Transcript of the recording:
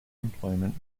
employment